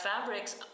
fabrics